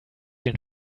den